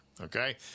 okay